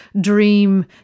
dream